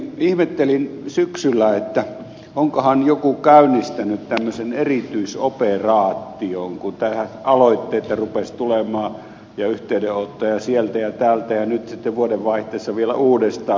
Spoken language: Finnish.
ihmettelin syksyllä onkohan joku käynnistänyt tällaisen erityisoperaation kun tähän aloitteita rupesi tulemaan ja yhteydenottoja sieltä ja täältä ja nyt sitten vuodenvaihteessa vielä uudestaan